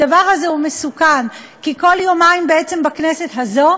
הדבר הזה הוא מסוכן, כי בכנסת הזו